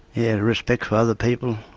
yeah and a respect for other people.